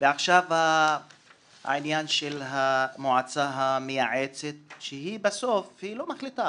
ועכשיו העניין של המועצה המייעצת שהיא בסוף לא מחליטה,